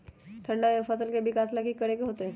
ठंडा में फसल के विकास ला की करे के होतै?